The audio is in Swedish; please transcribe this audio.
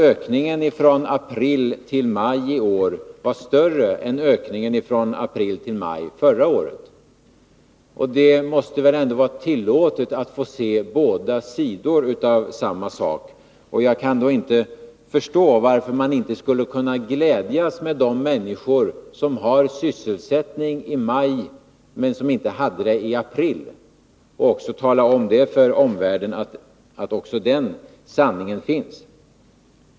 Ökningen från april till maj i år var större än ökningen från april till maj förra året. Och det måste väl ändå vara tillåtet att se båda sidor av samma sak. Jag kan inte förstå varför man inte skulle kunna glädjas med de människor som har sysselsättning i maj men inte hade det i april och tala om för omvärlden att också den sanningen finns.